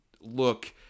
look